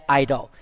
idol